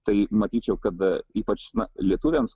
tai matyčiau kada ypač lietuviams